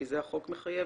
כי זה החוק מחייב,